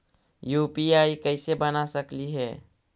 UPI कैसे बना सकली हे?